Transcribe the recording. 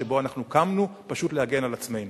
שבו אנחנו קמנו פשוט להגן על עצמנו.